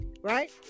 Right